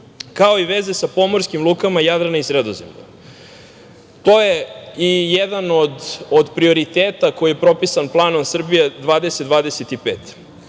kao i veze sa pomorskim lukama Jadrana i Sredozemlja. To je i jedan od prioriteta koji je propisan planom „Srbija